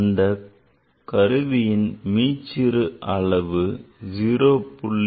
அந்தக் கருவியின் மீச்சிறு அளவு 0